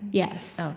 yes,